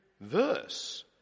verse